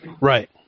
Right